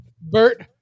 Bert